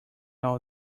all